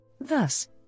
Thus